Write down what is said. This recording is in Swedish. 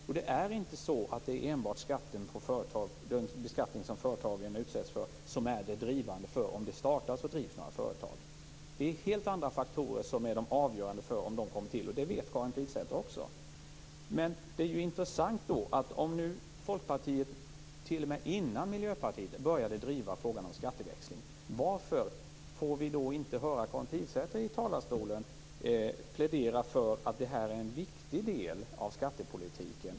Och det är inte så att det enbart är den beskattning som företagen utsätts för som är avgörande för om de startas och drivs några företag. Det är helt andra faktorer som är avgörande för om dessa kommer till, och det vet Karin Pilsäter också. Men det här är ju intressant. Om Folkpartiet började driva frågan om skatteväxling t.o.m. innan Miljöpartiet, varför får vi då inte höra Karin Pilsäter i talarstolen i den här debatten plädera för att det här är en viktig del av skattepolitiken?